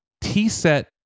T-Set